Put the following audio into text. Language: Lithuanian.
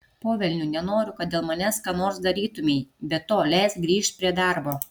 po velnių nenoriu kad dėl manęs ką nors darytumei be to leisk grįžt prie darbo